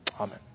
Amen